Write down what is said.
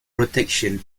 protection